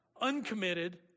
uncommitted